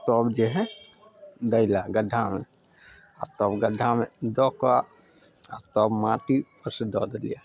तब जे हइ दै लए गड्ढामे आओर तब गड्ढामे दअ कऽ आओर तब माटि उपरसँ दअ देलियै